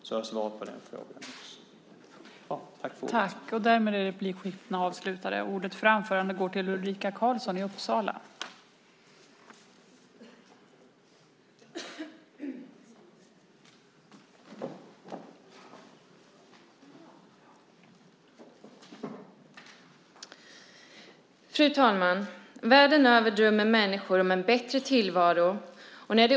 Då har jag svarat på den frågan också.